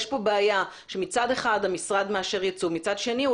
יש כאן בעיה שמצד אחד המשרד מאשר יצוא ומצד שני הוא